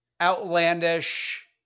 outlandish